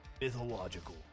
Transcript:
Mythological